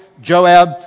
Joab